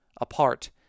apart